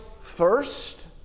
first